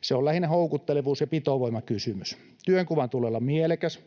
Se on lähinnä houkuttelevuus- ja pitovoimakysymys. Työnkuvan tulee olla mielekäs.